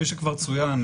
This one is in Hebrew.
כפי שכבר צוין,